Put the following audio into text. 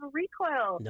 recoil